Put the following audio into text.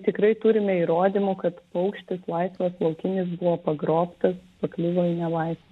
tikrai turime įrodymų kad paukštis laisvas laukinis buvo pagrobtas pakliuvo į nelaisvę